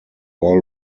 all